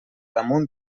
damunt